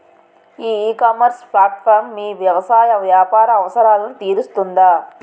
ఈ ecommerce platform మీ వ్యవసాయ వ్యాపార అవసరాలను తీరుస్తుందా?